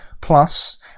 Plus